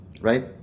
right